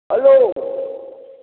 hello